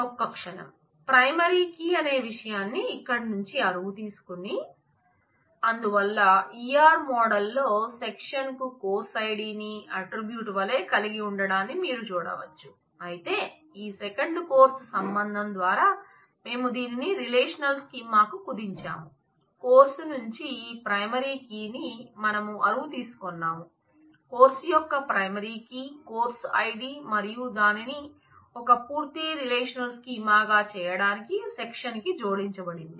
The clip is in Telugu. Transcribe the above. ఒక్క క్షణం ప్రైమరీ కి అనే విషయాన్ని ఇక్కడ నుంచి అరువు తీసుకుని అందువల్ల E R మోడల్ లో సెక్షన్ గా చేయడానికి సెక్షన్ కి జోడించబడింది